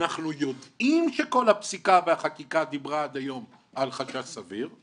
אנחנו יודעים שכל הפסיקה והחקיקה דיברה עד היום על חשש סביר.